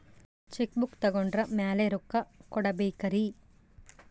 Check book ತೊಗೊಂಡ್ರ ಮ್ಯಾಲೆ ರೊಕ್ಕ ಕೊಡಬೇಕರಿ?